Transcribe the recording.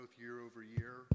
year-over-year